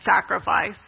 sacrifice